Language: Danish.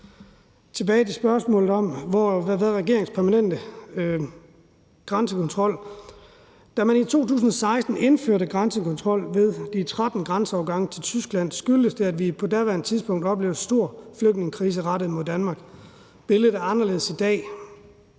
tilbage til spørgsmålet om, hvad regeringens holdning er til permanent grænsekontrol. Da man i 2016 indførte grænsekontrol ved de 13 grænseovergange til Tyskland, skyldtes det, at vi på daværende tidspunkt oplevede en stor flygtningekrise i Danmark. Billedet er anderledes i dag